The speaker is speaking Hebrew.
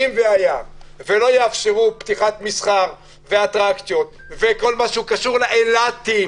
היה ולא יאפשרו פתיחת מסחר ואטרקציות וכל מה שקשור לאילתים,